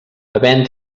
havent